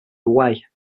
away